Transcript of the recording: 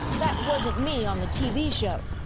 that wasn't me on the tv show.